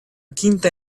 quinta